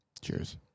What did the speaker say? Cheers